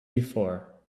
before